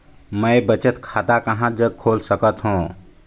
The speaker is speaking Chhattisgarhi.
मैं बचत खाता कहां जग खोल सकत हों?